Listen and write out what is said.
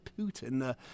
Putin